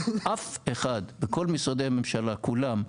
אף אחד מכל משרדי הממשלה כולם,